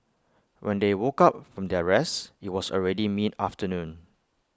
when they woke up from their rest IT was already mid afternoon